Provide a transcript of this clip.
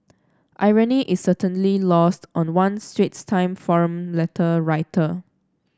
irony is certainly lost on one Straits Time forum letter writer